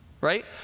Right